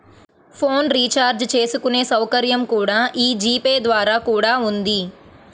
phone recharge చేసుకునే సౌకర్యం కూడా యీ జీ పే ద్వారా కూడా ఉంది